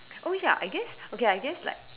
oh ya I guess okay I guess like